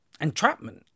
entrapment